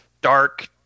dark